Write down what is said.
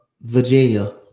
Virginia